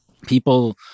people